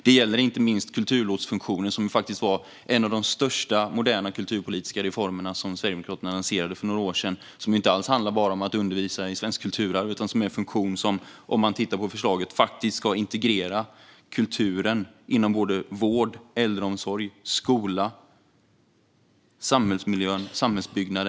Det gäller även kulturlotsfunktionen, som faktiskt var en av de största moderna kulturpolitiska reformerna som Sverigedemokraterna lanserade för några år sedan. Det handlar inte alls om att bara undervisa i svenskt kulturarv, utan det är en funktion som ska integrera kulturen i vård, äldreomsorg, skola, samhällsmiljö och samhällsbyggnad.